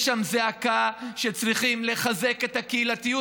יש שם זעקה שצריכים לחזק את הקהילתיות,